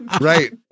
Right